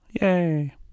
Yay